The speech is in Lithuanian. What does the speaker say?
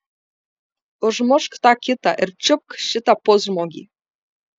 užmušk tą kitą ir čiupk šitą pusžmogį